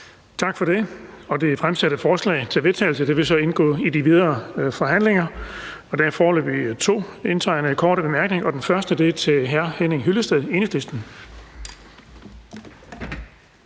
Tak for det. Det fremsatte forslag til vedtagelse vil indgå i de videre forhandlinger. Der er foreløbig to indtegnet til korte bemærkninger, og den første er hr. Henning Hyllested, Enhedslisten.